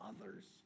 others